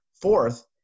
fourth